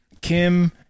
Kim